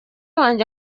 wanjye